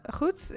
goed